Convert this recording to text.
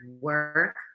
work